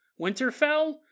Winterfell